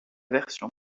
version